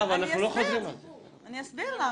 אני אסביר למה.